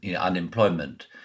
unemployment